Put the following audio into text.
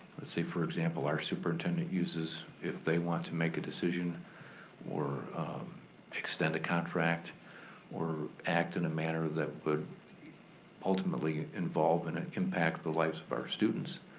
let's say for example our superintendent uses, if they want to make a decision or extend a contract or act in a manner that would ultimately involve and ah impact the lives of our students,